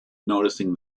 noticing